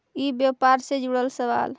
ई व्यापार से जुड़ल सवाल?